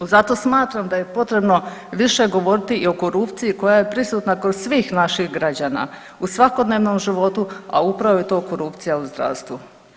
Zato smatram da je potrebno više govoriti i o korupciji koja je prisutna kod svih naših građana u svakodnevnom životu, a upravo je to korupcija u zdravstvu.